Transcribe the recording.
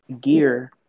gear